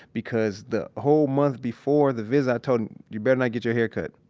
because the whole month before the visit i told him you better not get your haircut.